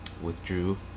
withdrew